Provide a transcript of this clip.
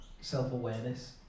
self-awareness